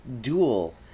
dual